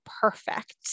perfect